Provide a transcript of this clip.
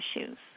issues